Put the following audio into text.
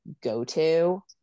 go-to